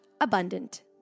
abundant